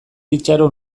itxaron